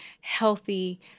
healthy